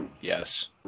yes